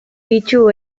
ditu